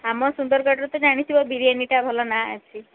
ଆମ ସୁନ୍ଦରଗଡ଼ର ତ ଜାଣିଥିବ ବିରିୟାନୀଟା ଭଲ ନାଁ ଅଛି